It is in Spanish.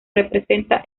representa